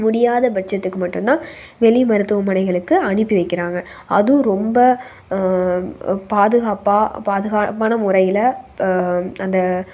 முடியாத பட்சத்துக்கு மட்டும் தான் வெளி மருத்துவமனைகளுக்கு அனுப்பி வைக்கிறாங்க அதுவும் ரொம்ப பாதுகாப்பாக பாதுகாப்பான முறையில் அந்த